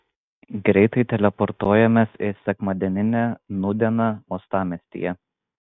greitai teleportuojamės į sekmadieninę nūdieną uostamiestyje